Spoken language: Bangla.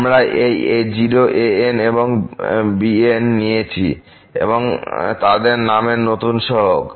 আমরা এই α 0 αn এবং βn নিয়েছি তাদের নামের নতুন সহগ